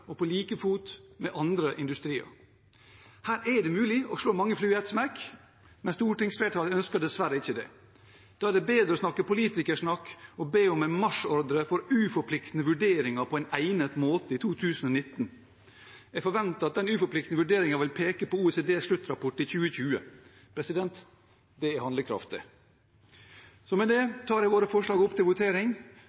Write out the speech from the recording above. og på like fot med andre industrier. Her er det mulig å slå mange fluer i en smekk, men stortingsflertallet ønsker dessverre ikke det. Da er det bedre å snakke politikersnakk og be om en marsjordre for uforpliktende vurderinger på en egnet måte i 2019. Jeg forventer at den uforpliktende vurderingen vil peke på OECDs sluttrapport i 2020. Det er handlekraft, det! Med det